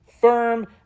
firm